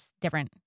different